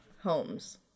homes